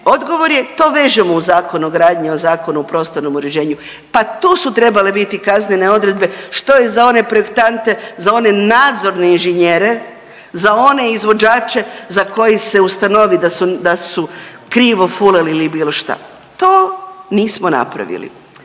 odgovor je to vežemo uz Zakon o gradnji i uz Zakon o prostornom uređenju, pa tu su trebale biti kaznene odredbe, što i za one projektante, za one nadzorne inženjere, za one izvođače za koje se ustanovi da su, da su krivo fulali ili bilo šta, to nismo napravili.